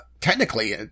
technically